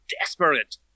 desperate